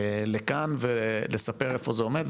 לכאן ולספר איפה זה עומד.